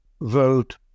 vote